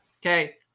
okay